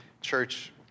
church